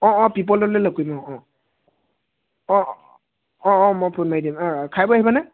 অঁ পিপল তলতে লগ কৰিম অঁ অঁ অঁ অঁ মই ফোন মাৰি দিম খাই বৈ আহিবা নে